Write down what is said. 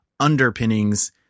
underpinnings